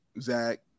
Zach